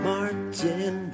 Martin